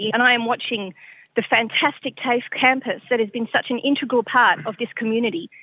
and i am watching the fantastic tafe campus that has been such an integral part of this community,